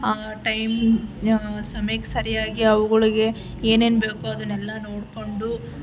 time ಸಮಯಕ್ಕೆ ಸರಿಯಾಗಿ ಅವುಗಳಿಗೆ ಏನೇನು ಬೇಕೋ ಅದನ್ನೆಲ್ಲ ನೋಡಿಕೊಂಡು